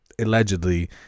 allegedly